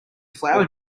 flower